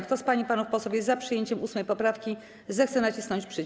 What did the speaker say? Kto z pań i panów posłów jest za przyjęciem 8. poprawki, zechce nacisnąć przycisk.